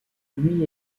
lui